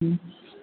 ഉം